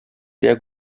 sehr